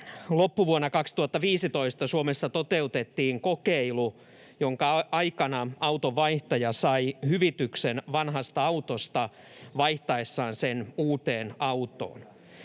loppuvuonna 2015, Suomessa toteutettiin kokeilu, jonka aikana auton vaihtaja sai hyvityksen vanhasta autosta vaihtaessaan sen uuteen autoon.